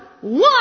one